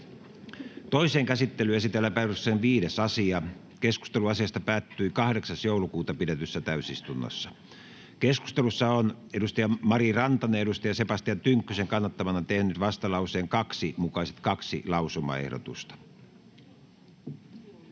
Toiseen käsittelyyn esitellään päiväjärjestyksen 6. asia. Keskustelu asiasta päättyi 8.12.2022 pidetyssä täysistunnossa. Keskustelussa on Mari Rantanen Sebastian Tynkkysen kannattamana tehnyt vastalauseen mukaiset perusteluja